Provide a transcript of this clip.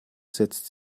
setzt